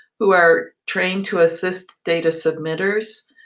who are trained to assist data submitters.